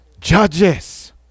Judges